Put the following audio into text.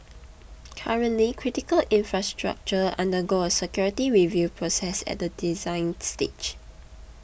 currently critical infrastructure undergo a security review process at the design stage